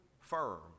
firm